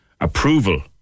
approval